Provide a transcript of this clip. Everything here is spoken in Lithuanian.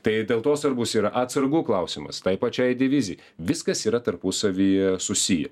tai dėl to svarbus ir atsargų klausimas tai pačiai divizijai viskas yra tarpusavyje susiję